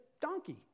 donkey